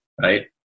right